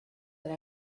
that